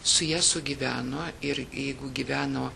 su ja sugyveno ir jeigu gyveno